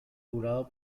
jurado